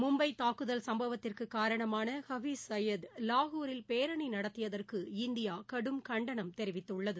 மும்பை தாக்குதல் சம்பவத்திற்கு காரணமான ஹபீஸ் சையது லாகூரில் பேரணி நடத்தியதற்கு இந்தியா கடும் கண்டனம் தெரிவித்துள்ளது